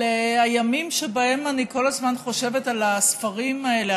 אלה הימים שבהם אני כל הזמן חושבת על הספרים האלה,